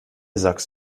sagst